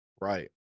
Right